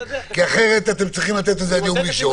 אחרת אתם צריכים ביום ראשון